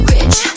Rich